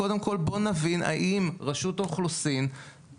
קודם כל בואו נבין האם רשות האוכלוסין וההגירה